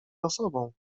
osobą